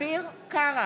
אביר קארה,